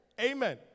Amen